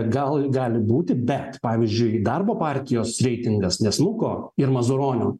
gal gali būti bet pavyzdžiui darbo partijos reitingas nesmuko ir mazuronio